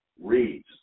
reads